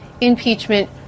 impeachment